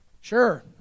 Sure